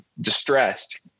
distressed